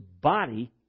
body